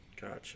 Gotcha